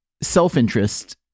self-interest